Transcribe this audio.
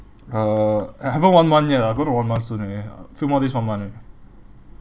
uh I haven't one month yet lah I going to one month soon already few more days one month already